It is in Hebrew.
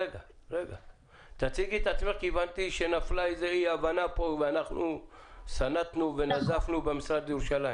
כי הבנתי שנפלה פה אי הבנה ואנחנו סנטנו ונזפנו במשרד לירושלים.